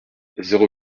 zéro